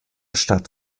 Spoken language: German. stadt